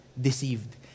deceived